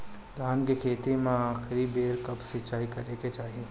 धान के खेती मे आखिरी बेर कब सिचाई करे के चाही?